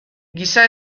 giza